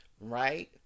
right